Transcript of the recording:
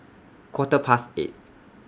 Quarter Past eight